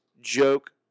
joke